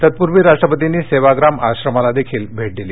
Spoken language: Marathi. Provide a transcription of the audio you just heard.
तत्पूर्वी राष्ट्रपतींनी सेवाग्राम आश्रमाला भेट दिली